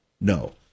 No